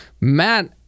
Matt